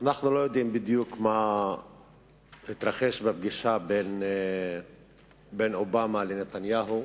אנחנו לא יודעים בדיוק מה התרחש בפגישה בין אובמה לנתניהו,